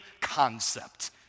concept